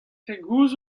pegoulz